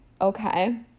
okay